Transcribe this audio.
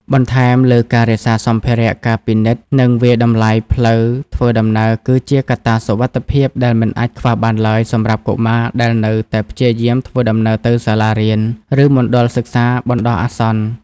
បន្ថែមលើការរក្សាសម្ភារៈ ការពិនិត្យ និងវាយតម្លៃផ្លូវធ្វើដំណើរគឺជាកត្តាសុវត្ថិភាពដែលមិនអាចខ្វះបានឡើយសម្រាប់កុមារដែលនៅតែព្យាយាមធ្វើដំណើរទៅសាលារៀន ឬមណ្ឌលសិក្សាបណ្តោះអាសន្ន។